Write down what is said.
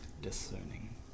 discerning